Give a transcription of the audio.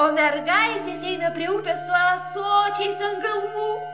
o mergaitės eina prie upės su ąsočiais ant galvų